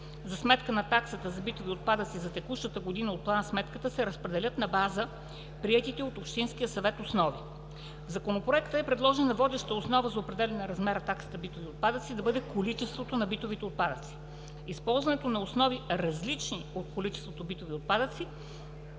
за сметка на таксата за битови отпадъци за текущата година от план-сметката се разпределят на база на приетите от общинския съвет основи. В Законопроекта е предложена водеща основа за определяне размера на таксата за битови отпадъци да бъде количеството на битовите отпадъци. Използването на основи, различни от количеството битови отпадъци,